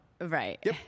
Right